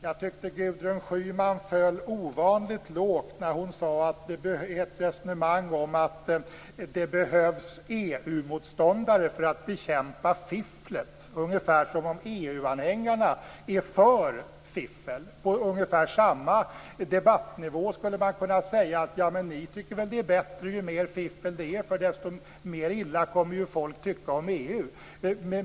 Jag tyckte att Gudrun Schyman föll ovanligt lågt när hon förde ett resonemang om att det behövs EU-motståndare för att bekämpa fifflet, ungefär som om EU-anhängarna är för fiffel. På ungefär samma debattnivå skulle man kunna säga att ni väl tycker att det är bättre ju mer fiffel det är, för folk kommer att tycka desto mer illa om EU.